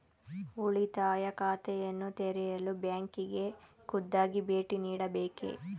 ಉಳಿತಾಯ ಖಾತೆಯನ್ನು ತೆರೆಯಲು ಬ್ಯಾಂಕಿಗೆ ಖುದ್ದಾಗಿ ಭೇಟಿ ನೀಡಬೇಕೇ?